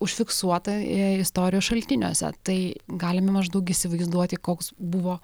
užfiksuota istorijos šaltiniuose tai galime maždaug įsivaizduoti koks buvo